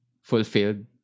fulfilled